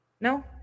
No